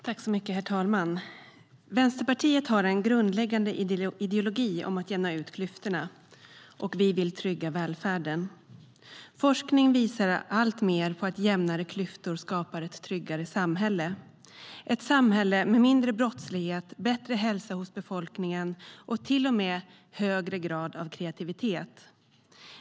Herr talman! Vänsterpartiet har en grundläggande ideologi om att jämna ut klyftorna. Vi vill trygga välfärden. Forskning visar alltmer på att jämnare klyftor skapar ett tryggare samhälle, ett samhälle med mindre brottslighet, bättre hälsa hos befolkningen och till och med en högre grad av kreativitet.